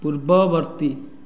ପୂର୍ବବର୍ତ୍ତୀ